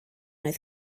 oedd